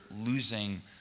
losing